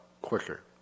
quicker